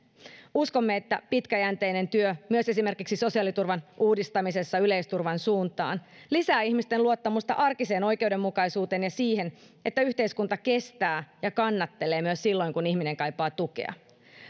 uskomme että pitkäjänteinen työ myös esimerkiksi sosiaaliturvan uudistamisessa yleisturvan suuntaan lisää ihmisten luottamusta arkiseen oikeudenmukaisuuteen ja siihen että yhteiskunta kestää ja kannattelee myös silloin kun ihminen kaipaa tukea